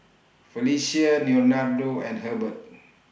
Felicia Leonardo and Hebert